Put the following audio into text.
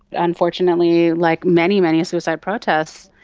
unfortunately, like many, many suicide protests,